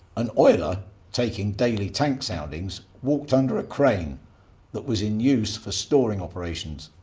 an oiler taking daily tank soundings walked under a crane that was in use for storing operations.